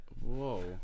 Whoa